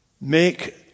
make